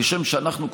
כשם שאנחנו,